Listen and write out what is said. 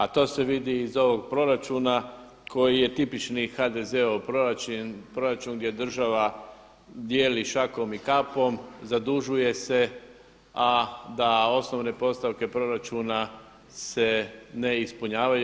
A to se vidi iz ovog proračuna koji je tipični HDZ-ov proračun gdje država dijeli šakom i kapom, zadužuje se, a da osnovne postavke proračuna se ne ispunjavaju.